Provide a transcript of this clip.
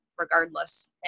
regardless